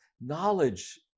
knowledge